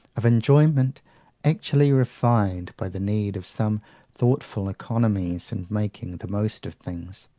of enjoyment actually refined by the need of some thoughtful economies and making the most of things!